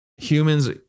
Humans